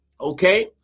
okay